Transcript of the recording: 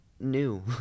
new